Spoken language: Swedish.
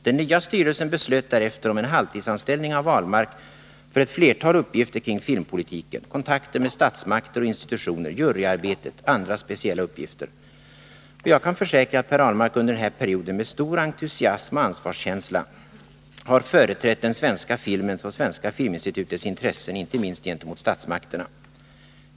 Den nya styrelsen beslöt därefter om en halvtidsanställning av Per Ahlmark för ett flertal uppgifter kring filmpolitiken, kontakter med statsmakter och institutioner, juryarbetet, andra speciella uppgifter etc. Och jag kan försäkra att Per Ahlmark under den här perioden med stor entusiasm och ansvarskänsla har företrätt den svenska filmens och Svenska filminstitutets intressen, inte minst gentemot statsmakterna.